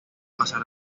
pasar